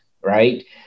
right